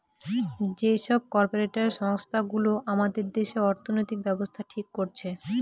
যে সব কর্পরেট সংস্থা গুলো আমাদের দেশে অর্থনৈতিক ব্যাবস্থা ঠিক করছে